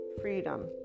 freedom